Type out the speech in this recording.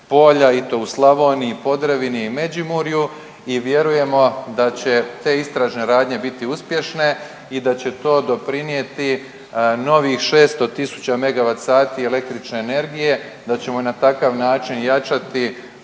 i to u Slavoniji, Podravini i Međimurju i vjerujemo da će te istražne radnje biti uspješne i da će to doprinijeti novih 600 000 megavat sati električne energije, da ćemo na takav način jačati